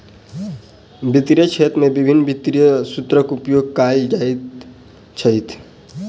वित्तीय क्षेत्र में विभिन्न वित्तीय सूत्रक उपयोग कयल जाइत अछि